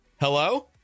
Hello